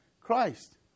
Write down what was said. Christ